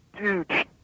dude